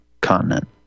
continent